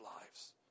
lives